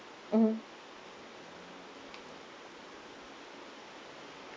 mmhmm